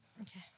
Okay